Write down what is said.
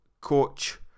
Coach